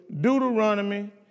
Deuteronomy